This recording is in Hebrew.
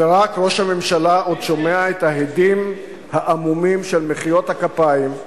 ורק ראש הממשלה עוד שומע את ההדים העמומים של מחיאות הכפיים,